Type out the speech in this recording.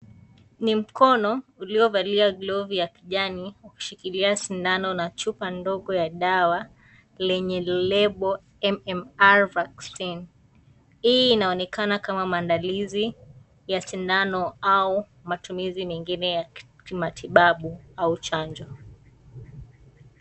Ni mkono uliovalia glovu ya kijani ukishikilia sindano na chupa ndogo ya dawa lenye lebo MMR vaccine . Hii inaonekana kama maandalizi ya sindano au matumizi mengine ya kimatibabu au chanjo.